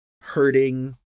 hurting